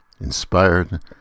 inspired